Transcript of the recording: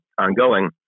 ongoing